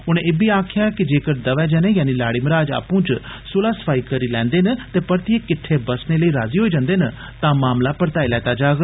उनें इब्बी आक्खेआ कि जेक्कर दवै जने यानी लाड़ी मराज आपूं च सुलह सफाई करी लैंदे न ते परतियें किट्ठे बस्सने लेई राजी होई जन्दे न तां मामला परताई लैता जाग